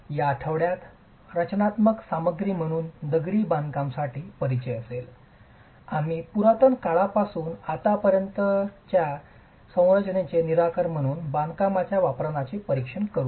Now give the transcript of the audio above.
या आठवड्यात रचनात्मक सामग्री म्हणून दगडी बांधकाम साठी परिचय असेल आम्ही पुरातन काळापासून आतापर्यंतच्या संरचनेचे निराकरण म्हणून बांधकामाच्या वापराचे परीक्षण करू